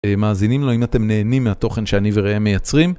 מאזינים לו אם אתם נהנים מהתוכן שאני וראם מייצרים.